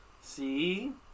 See